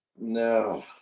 No